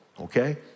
okay